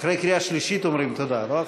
אחרי קריאה שלישית אומרים תודה, ולא אחרי,